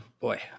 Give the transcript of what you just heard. Boy